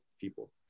people